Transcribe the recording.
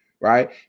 right